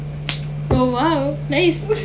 oh !wow! nice